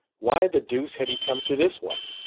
why the deuce had he come to this one?